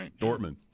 Dortmund